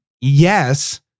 yes